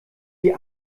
die